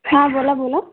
हा बोला बोला